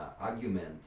argument